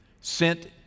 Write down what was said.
sent